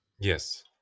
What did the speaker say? Yes